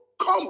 come